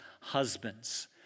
husbands